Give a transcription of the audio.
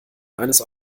eines